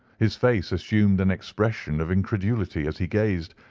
his face assumed an expression of incredulity as he gazed,